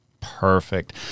Perfect